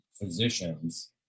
physicians